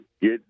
Get